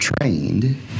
trained